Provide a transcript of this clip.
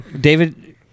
David